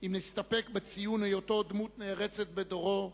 אם נסתפק בציון היותו דמות נערצת בדורו,